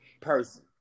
person